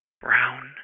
brown